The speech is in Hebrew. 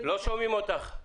לא שומעים אותך.